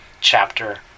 chapter